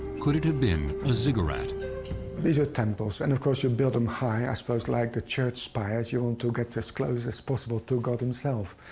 could it have been a ziggurat? ritmeyer these were temples, and, of course, you build them high, i suppose, like the church spires. you want to get as close as possible to god himself.